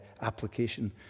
application